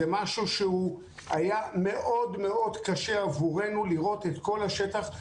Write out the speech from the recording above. וגם היה מאוד קשה עבורנו לראות את השטח,